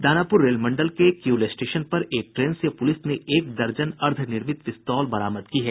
दानापुर रेलमंडल के किउल स्टेशन पर एक ट्रेन से पुलिस ने एक दर्जन अर्द्वनिर्मित पिस्तौल बरामद की है